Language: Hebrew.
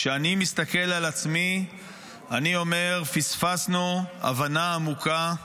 כשאני מסתכל על עצמי אני אומר: פספסנו הבנה עמוקה,